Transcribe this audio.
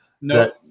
No